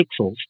pixels